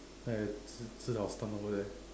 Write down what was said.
then I j~ ji tao stun over there